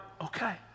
Okay